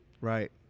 right